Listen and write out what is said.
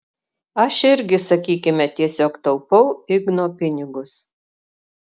aš irgi sakykime tiesiog taupau igno pinigus